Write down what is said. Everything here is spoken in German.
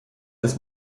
des